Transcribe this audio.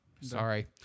Sorry